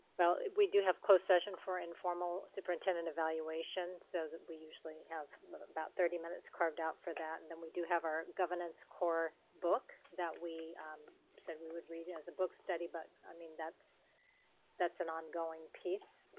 well, we do have closed session for informal superintendent evaluation so that we usually have about thirty minutes carved out for that and then we do have our governance core book that we um said we would read as a book study but, i mean, that's that's an ongoing piece